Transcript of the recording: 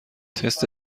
تست